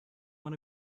want